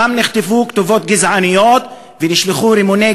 שם נכתבו כתובות גזעניות והושלכו רימוני